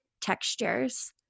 textures